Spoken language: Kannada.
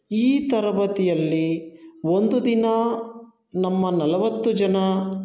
ಈ ತರಬೇತಿಯಲ್ಲಿ ಒಂದು ದಿನ ನಮ್ಮ ನಲವತ್ತು ಜನ